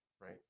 Right